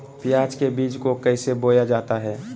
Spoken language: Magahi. प्याज के बीज को कैसे बोया जाता है?